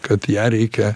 kad ją reikia